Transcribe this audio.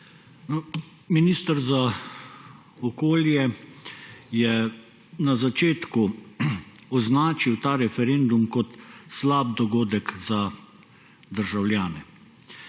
Minister za okolje je na začetku označil ta referendum kot slab dogodek za državljane